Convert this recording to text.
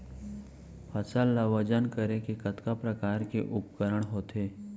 फसल ला वजन करे के कतका प्रकार के उपकरण होथे?